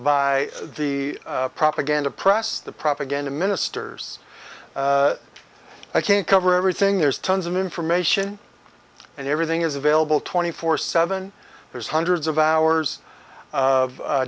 by the propaganda press the propaganda ministers i can't cover everything there's tons of information and everything is available twenty four seven there's hundreds of hours of